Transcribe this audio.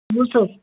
بوٗزتھٕ حظ